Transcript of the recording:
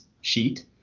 sheet